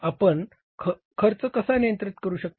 तर आपण खर्च कसा नियंत्रित करू शकता